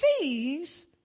sees